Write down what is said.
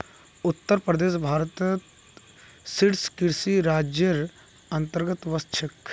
उत्तर प्रदेश भारतत शीर्ष कृषि राज्जेर अंतर्गतत वश छेक